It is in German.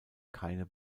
keine